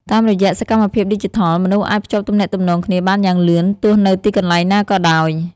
តាមរយៈសកម្មភាពឌីជីថល មនុស្សអាចភ្ជាប់ទំនាក់ទំនងគ្នាបានយ៉ាងលឿនទោះនៅទីកន្លែងណាក៏ដោយ។